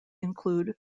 include